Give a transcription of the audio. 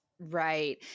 Right